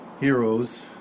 heroes